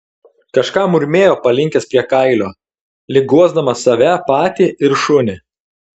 kažką murmėjo palinkęs prie kailio lyg guosdamas save patį ir šunį